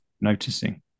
noticing